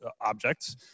objects